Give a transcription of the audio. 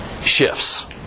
shifts